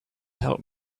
help